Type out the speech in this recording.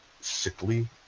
sickly